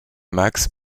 max